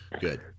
good